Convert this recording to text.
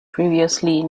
previously